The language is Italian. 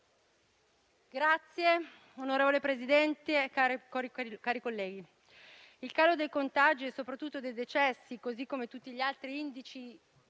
Signor Presidente, onorevoli colleghi, il calo dei contagi e soprattutto dei decessi, così come tutti gli altri indici